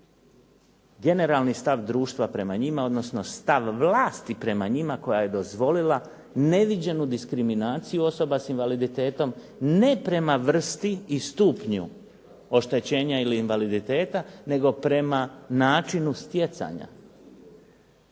generalni stav društva prema njima odnosno stav vlasti prema njima koja je dozvolila neviđenu diskriminaciju osoba s invaliditetom ne prema vrsti i stupnju oštećenja ili invaliditeta nego prema načinu stjecanja